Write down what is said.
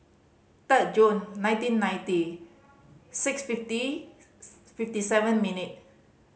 third June nineteen ninety six fifty fifty seven minute